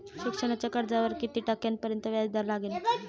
शिक्षणाच्या कर्जावर किती टक्क्यांपर्यंत व्याजदर लागेल?